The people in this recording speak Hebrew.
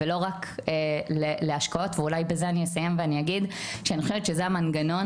ולא רק להשקעות ואולי בזה אני אסיים ואני אגיד שאני חושבת שזה המנגנון